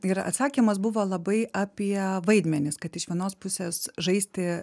yra atsakymas buvo labai apie vaidmenis kad iš vienos pusės žaisti